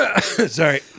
Sorry